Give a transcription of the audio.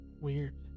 Weird